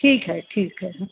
ठीक है ठीक है